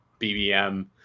BBM